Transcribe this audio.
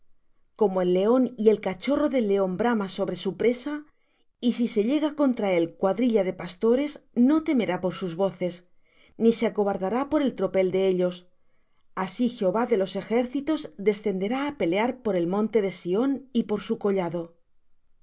como el león y el cachorro del león brama sobre su presa y si se llega contra él cuadrilla de pastores no temerá por sus voces ni se acobardará por el tropel de ellos así jehová de los ejércitos descenderá á pelear por el monte de sión y por su collado